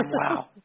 Wow